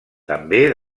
també